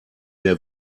der